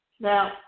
Now